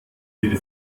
ihre